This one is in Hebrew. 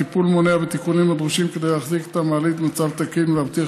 טיפול מונע ותיקונים הדרושים כדי להחזיק את המעלית במצב תקין ולהבטיח